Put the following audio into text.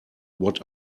what